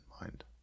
mind